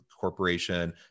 Corporation